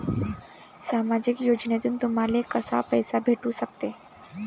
सामाजिक योजनेतून तुम्हाले कसा पैसा भेटू सकते?